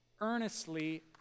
Earnestly